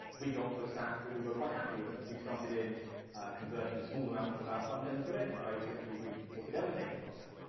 we got to a stack that we were quite happy with. we started in converting small amounts of our front end to it, and very quickly, we'd ported everything across.